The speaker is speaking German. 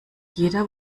jeder